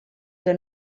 que